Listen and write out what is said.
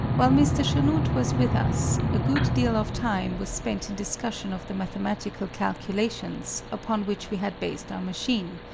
while mr. chanute was with us, a good deal of time was spent in discussion of the mathematical calculations upon which we had based our machine.